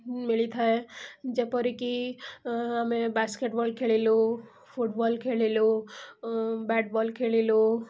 ମିଳିଥାଏ ଯେପରିକି ଆମେ ବାସ୍କେଟ୍ବଲ୍ ଖେଳିଲୁ ଫୁଟ୍ବଲ୍ ଖେଳିଲୁ ବ୍ୟାଟ୍ ବଲ୍ ଖେଳିଲୁ